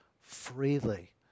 freely